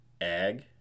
ag